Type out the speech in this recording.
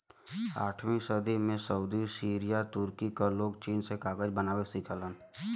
आठवीं सदी में सऊदी सीरिया तुर्की क लोग चीन से कागज बनावे सिखलन